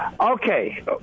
Okay